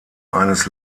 eines